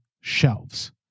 shelves